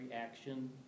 action